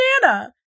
banana